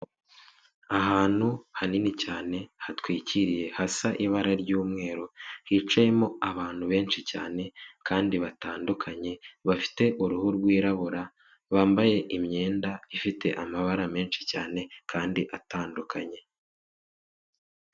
Ahantu hanini cyane hatwikiriye hasa ibara ry'umweru, hicayemo abantu benshi cyane kandi batandukanye bafite uruhu rwirabura, bambaye imyenda ifite amabara menshi cyane kandi atandukanye.